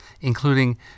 including